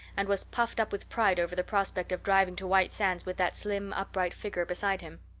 and was puffed up with pride over the prospect of driving to white sands with that slim, upright figure beside him.